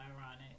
ironic